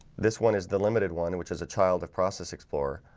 this one is the limited one which is a child of process explorer,